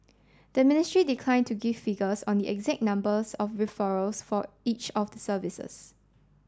the ministry declined to give figures on the exact numbers of referrals for each of the services